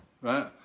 right